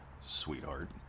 sweetheart